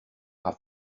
are